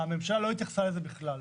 הממשלה לא התייחסה לזה בכלל.